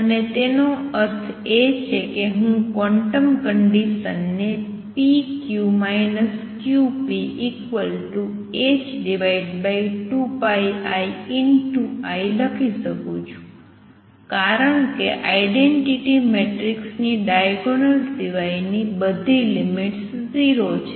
અને તેનો અર્થ એ છે કે હું ક્વોન્ટમ કંડિસન ને pq qp h2πiI લખી શકું છું કારણ કે આઇડેંટીટી મેટ્રિક્સની ડાયગોનલ સિવાય ની બધી લિમિટસ 0 છે